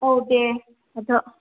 औ दे थाथ'